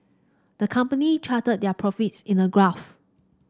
the company charted their profits in a graph